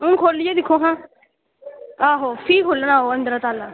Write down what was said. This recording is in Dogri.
हून खोल्लियै दिक्खो आं फ्ही खुल्लना अंदरा ताला